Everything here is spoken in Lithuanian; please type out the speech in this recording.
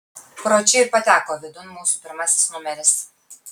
pro čia ir pateko vidun mūsų pirmasis numeris